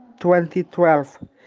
2012